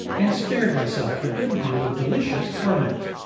and spared myself a good deal of delicious torment.